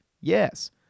Yes